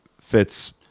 fits